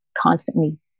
constantly